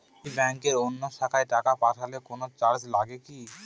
একই ব্যাংকের অন্য শাখায় টাকা পাঠালে কোন চার্জ লাগে কি?